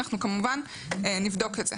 אנחנו כמובן נבדוק את זה.